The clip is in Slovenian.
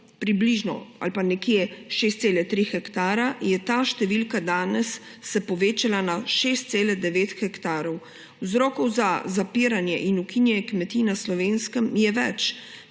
približno 6,3 hektarja, se je ta številka danes povečala na 6,9 hektarja. Vzrokov za zapiranje in ukinjanje kmetij na Slovenskem je več.